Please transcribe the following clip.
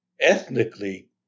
ethnically